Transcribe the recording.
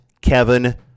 Kevin